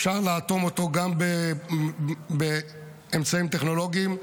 אפשר לאטום אותו גם באמצעים טכנולוגיים,